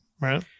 right